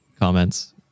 comments